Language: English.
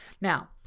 Now